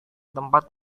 tempat